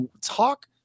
talk